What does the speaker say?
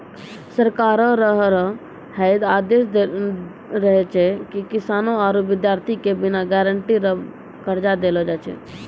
सरकारो रो है आदेस रहै छै की किसानो आरू बिद्यार्ति के बिना गारंटी रो कर्जा देलो जाय छै